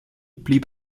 blieb